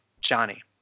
Johnny